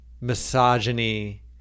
misogyny